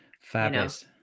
Fabulous